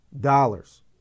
dollars